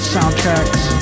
Soundtracks